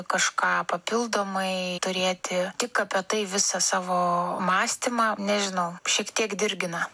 kažką papildomai turėti tik apie tai visą savo mąstymą nežinau šiek tiek dirgina